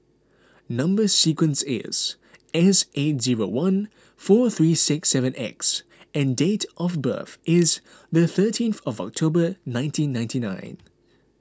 Number Sequence is S eight zero one four three seven X and date of birth is the thirteenth of October nineteen ninety nine